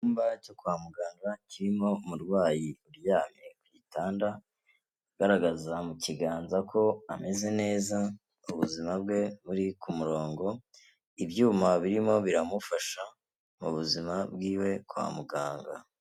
Icyumba cyo kwa muganga kirimo umurwayi uryamye ku gitanda ugaragaza mu kiganza ko ameze neza ubuzima bwe buri ku murongo, ibyuma birimo biramufasha mu buzima bw'iwe kwa muganga.